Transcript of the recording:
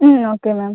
ம் okay ma'am